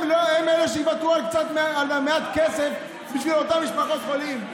הם שיוותרו על מעט כסף בשביל אותן משפחות חולים.